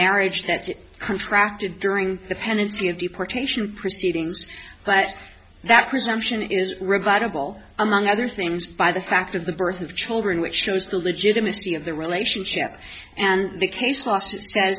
marriage that it contracted during the pendency of deportation proceedings but that presumption is rebuttable among other things by the fact of the birth of children which shows the legitimacy of the relationship and the case last says